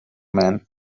man